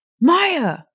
Maya